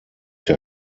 der